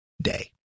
day